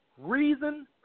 reason